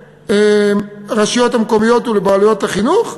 לרשויות המקומיות ולבעלויות החינוך.